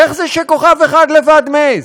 איך זה שכוכב אחד לבד מעז?